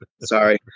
sorry